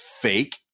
fake